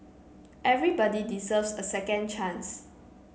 everybody deserves a second chance